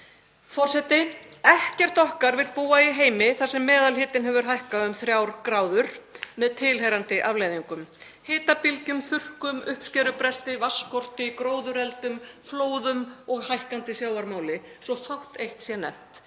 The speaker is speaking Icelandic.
Forseti. Ekkert okkar vill búa í heimi þar sem meðalhitinn hefur hækkað um 3°C með tilheyrandi afleiðingum; hitabylgjum, þurrkum, uppskerubresti, vatnsskorti, gróðureldum, flóðum og hækkandi sjávarmáli, svo fátt eitt sé nefnt.